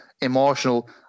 emotional